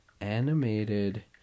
animated